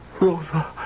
Rosa